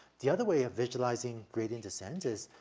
the other way of visualizing gradient descent is,